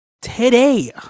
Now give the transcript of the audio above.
Today